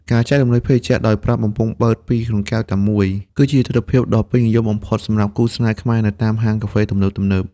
ការចែករំលែកភេសជ្ជៈដោយប្រើបំពង់បឺតពីរក្នុងកែវតែមួយ គឺជាទិដ្ឋភាពដ៏ពេញនិយមបំផុតសម្រាប់គូស្នេហ៍ខ្មែរនៅតាមហាងកាហ្វេទំនើបៗ។